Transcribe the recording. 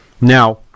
Now